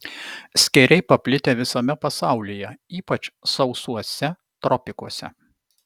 skėriai paplitę visame pasaulyje ypač sausuose tropikuose